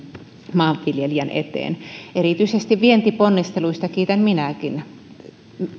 maanviljelijän eteen erityisesti vientiponnisteluista kiitän minäkin